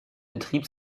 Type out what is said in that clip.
betrieb